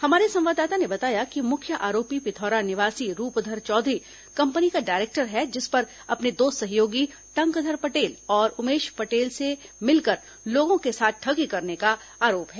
हमारे संवाददाता ने बताया कि मुख्य आरोपी पिथौरा निवासी रूपधर चौधरी कंपनी का डायरेक्टर है जिस पर अपने दो सहयोगी टंकधर पटेल और उमेश पटेल के साथ मिलकर लोगों के साथ ठगी करने का आरोप है